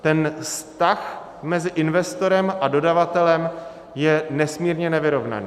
Ten vztah mezi investorem a dodavatelem je nesmírně nevyrovnaný.